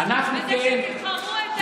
בזה שתבחרו?